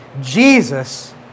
Jesus